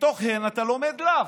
ומתוך הן אתה לומד לאו.